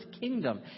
kingdom